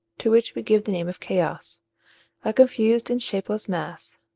to which we give the name of chaos a confused and shapeless mass,